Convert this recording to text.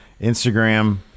Instagram